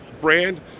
brand